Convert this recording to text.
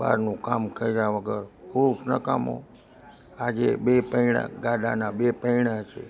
બહારનું કામ કર્યા વગર પુરુષ નકામો આજે બે પૈડા ગાડાના બે પૈડા છે